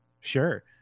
sure